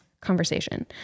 conversation